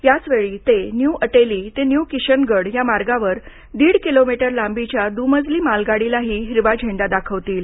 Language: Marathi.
याच वेळी ते न्यू अटेली ते न्यू किशनगढ या मार्गावर दीड किलोमीटर लांबीच्या दुमजली मालगाडीलाही हिरवा झेंडा दाखवतील